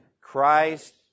Christ